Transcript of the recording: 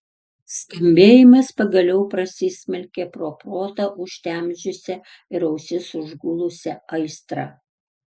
skambėjimas pagaliau prasismelkė pro protą užtemdžiusią ir ausis užgulusią aistrą